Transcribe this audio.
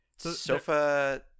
Sofa